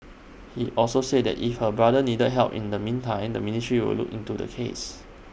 he also said that if her brother needed help in the meantime the ministry would look into the case